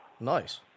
Nice